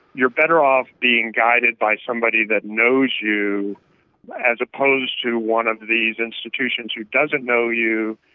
you're better off being guided by somebody that knows you as opposed to one of these institutions who doesn't know you.